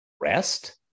rest